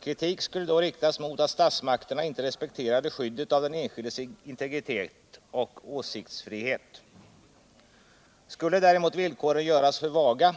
Kritik skulle då riktas mot att statsmakterna inte respekterade skyddet av den enskildes integritet och åsiktsfrihet. Skulle däremot villkoren göras för vaga